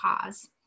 cause